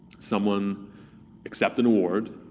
someone accept an award,